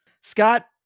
Scott